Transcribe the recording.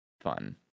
fun